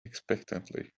expectantly